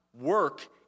work